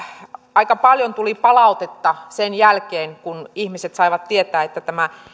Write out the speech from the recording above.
aika paljon tuli palautetta sen jälkeen kun ihmiset saivat tietää että tämä